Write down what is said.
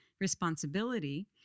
responsibility